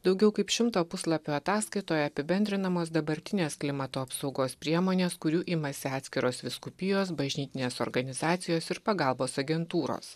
daugiau kaip šimto puslapių ataskaitoje apibendrinamos dabartinės klimato apsaugos priemonės kurių imasi atskiros vyskupijos bažnytinės organizacijos ir pagalbos agentūros